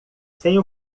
sem